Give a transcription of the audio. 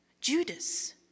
Judas